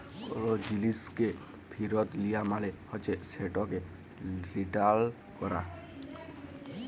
call জিলিসকে ফিরত লিয়া মালে হছে সেটকে রিটার্ল ক্যরা